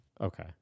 Okay